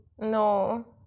No